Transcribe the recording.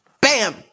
Bam